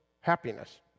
happiness